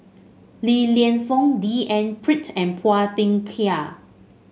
Li Lienfung D N Pritt and Phua Thin Kiay